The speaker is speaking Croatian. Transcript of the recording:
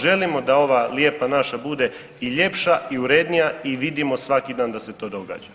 Želimo da ova lijepa naša bude i ljepša i urednija i vidimo svaki dan da se to događa.